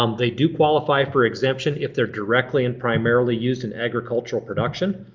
um they do qualify for exemption if they're directly and primarily used in agricultural production.